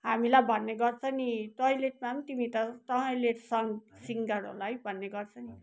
हामीलाई भन्ने गर्छ नि टोइलेटमा पनि तिमी त तैलेसँग सिङ्गरहरूलाई भन्ने गर्छ नि